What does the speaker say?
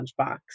lunchbox